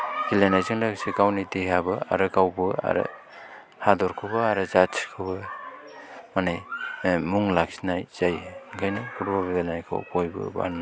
गेलेनायजों लोगोसे गावनि देहायाबो आरो गावबो आरो हादरखौबो आरो जातिखौबो माने मुं लाखिनाय जायो ओंखायनो फुटबल गेलेनायखौ बयबो बानो नाङा